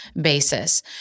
basis